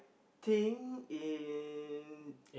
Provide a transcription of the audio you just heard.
think in